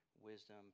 wisdom